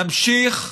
נמשיך